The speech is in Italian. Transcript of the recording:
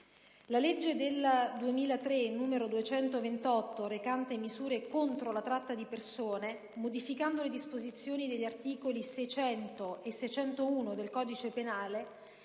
La legge n. 228 del 2003 recante misure contro la tratta di persone, modificando le disposizioni degli articoli 600 e 601 del codice penale,